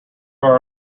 are